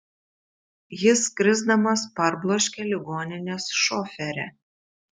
jis krisdamas parbloškė ligoninės šoferę